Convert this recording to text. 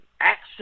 Action